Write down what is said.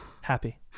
happy